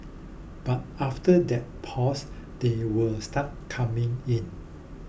but after that pause they will start coming in